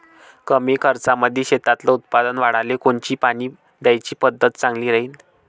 कमी खर्चामंदी शेतातलं उत्पादन वाढाले कोनची पानी द्याची पद्धत चांगली राहीन?